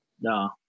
No